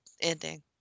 ending